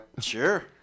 Sure